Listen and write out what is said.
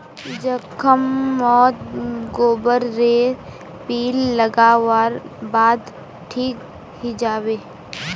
जख्म मोत गोबर रे लीप लागा वार बाद ठिक हिजाबे